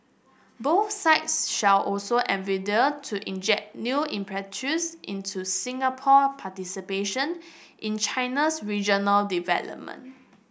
both sides shall also endeavour to inject new impetus into Singapore participation in China's regional development